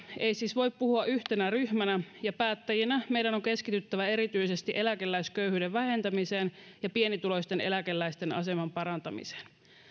ei siis voi puhua yhtenä ryhmänä ja päättäjinä meidän on on keskityttävä erityisesti eläkeläisköyhyyden vähentämiseen ja pienituloisten eläkeläisten aseman parantamiseen